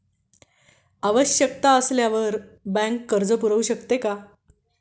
Bank आवश्यकता असल्यावर कर्ज पुरवू शकते का?